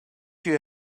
you